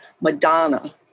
Madonna